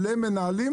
למנהלים